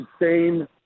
Insane